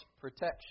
protection